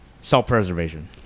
self-preservation